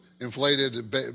inflated